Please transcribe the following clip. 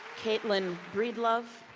caitlin breedlove,